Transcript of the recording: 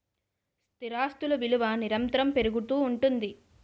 స్థిరాస్తులు విలువ నిరంతరము పెరుగుతూ ఉంటుంది